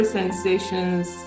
sensations